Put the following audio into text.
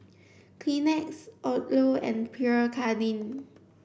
Lleenex Odlo and Pierre Cardin